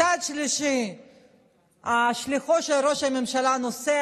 מצד שלישי שליחו של ראש הממשלה נוסע